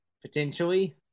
potentially